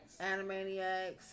Animaniacs